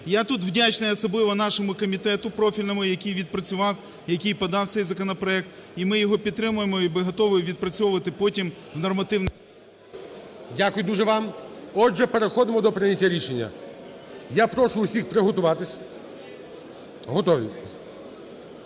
Я тут вдячний, особливо нашому комітету профільному, який відпрацював, який подав цей законопроект. І ми його підтримуємо, і готові відпрацьовувати потім в нормативно... ГОЛОВУЮЧИЙ. Дякую дуже вам. Отже, переходимо до прийняття рішення. Я прошу усіх приготуватися. Готові?